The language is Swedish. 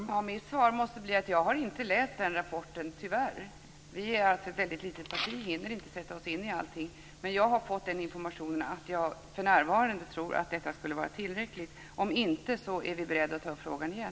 Herr talman! Mitt svar måste bli att jag, tyvärr, inte har läst rapporten. Folkpartiet är ett väldigt litet parti så vi hinner inte sätta oss in i allting. Men jag har fått sådan information att jag för närvarande tror att det här skulle vara tillräckligt. Om inte är vi beredda att ta upp frågan igen.